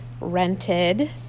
rented